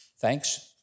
Thanks